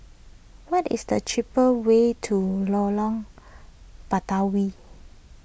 what is the cheaper way to Lorong Batawi